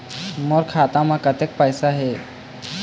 मोर खाता म कतक पैसा हे?